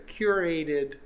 curated